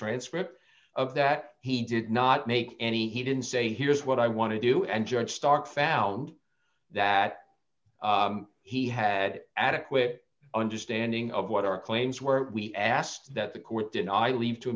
transcript of that he did not make any he didn't say here's what i want to do and judge stark found that he had adequate understanding of what our claims were we asked that the court did i leave to